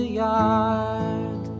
yard